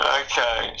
okay